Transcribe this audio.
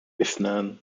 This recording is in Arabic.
إثنان